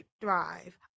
drive